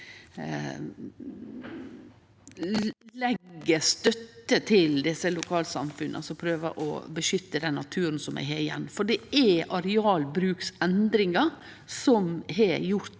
gjev støtte til desse lokalsamfunna som prøver å beskytte den naturen som vi har igjen. Det er arealbruksendringar som har ført